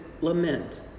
lament